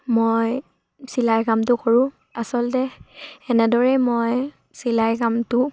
মই চিলাই কামটো কৰোঁ আচলতে এনেদৰে মই চিলাই কামটো